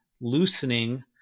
loosening